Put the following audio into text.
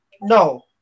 No